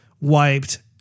wiped